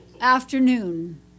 Afternoon